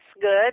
good